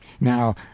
Now